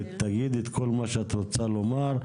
תגידי את כל מה שאת רוצה לומר.